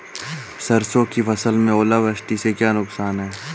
सरसों की फसल में ओलावृष्टि से क्या नुकसान है?